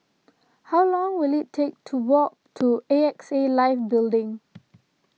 how long will it take to walk to A X A Life Building